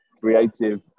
creative